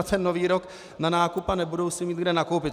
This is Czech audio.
Nový rok na nákup a nebudou si mít kde nakoupit.